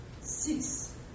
Six